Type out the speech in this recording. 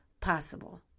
possible